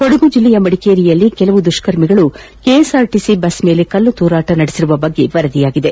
ಕೊಡಗು ಜಿಲ್ಲೆಯ ಮದಿಕೇರಿಯಲ್ಲಿ ಕೆಲ ದುಷ್ಕರ್ಮಿಗಳು ಕೆಎಸ್ ಆರ್ ಟಿಸಿ ಬಸ್ ಮೇಲೆ ಕಲ್ಲು ತೂರಾಟ ನಡೆಸಿರುವ ಬಗ್ಗೆ ವರದಿಯಾಗಿದೆ